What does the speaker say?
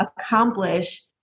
accomplish